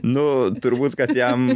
nu turbūt kad jam